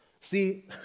See